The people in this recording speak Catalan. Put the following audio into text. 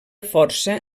força